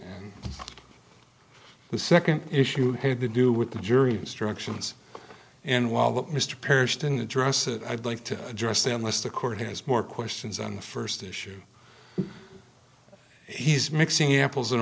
and the second issue had to do with the jury instructions and while that mr perished in the dress it i'd like to address them as the court has more questions on the first issue he's mixing apples and